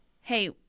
hey